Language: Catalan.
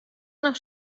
una